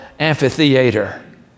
amphitheater